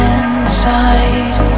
inside